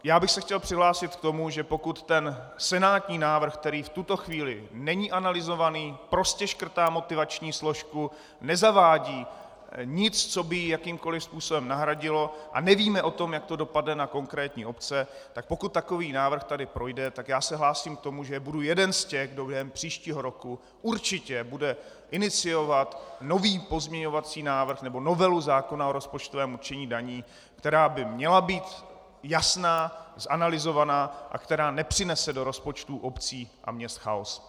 Já bych se chtěl přihlásit k tomu, že pokud ten senátní návrh, který v tuto chvíli není analyzován, prostě škrtá motivační složku, nezavádí nic, co by to jakýmkoli způsobem nahradilo, a nevíme o tom, jak to dopadne na konkrétní obce, tak pokud takový návrh tady projde, tak já se hlásím k tomu, že budu jeden z těch, kdo během příštího roku určitě bude iniciovat nový pozměňovací návrh nebo novelu zákona o rozpočtovém určení daní, která by měla být jasná, zanalyzovaná a která nepřinese do rozpočtu obcí a měst chaos.